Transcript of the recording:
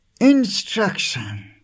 Instruction